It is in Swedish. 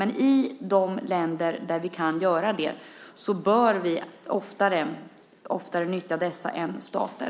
Men i de länder där vi kan göra det bör vi oftare nyttja dessa än stater.